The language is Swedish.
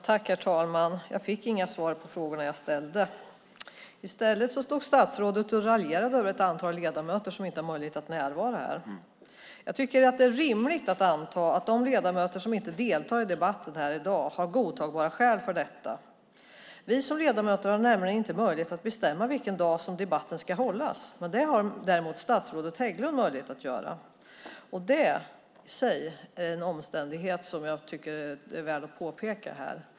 Herr talman! Jag fick inga svar på de frågor jag ställde. I stället stod statsrådet och raljerade över ett antal ledamöter som inte har möjlighet att närvara här. Jag tycker att det är rimligt att anta att de ledamöter som inte deltar i debatten här i dag har godtagbara skäl för det. Vi som ledamöter har nämligen inte möjlighet att bestämma vilken dag som debatten ska hållas. Det har däremot statsrådet Hägglund. Det i sig är en omständighet som jag tycker är värd att påpeka här.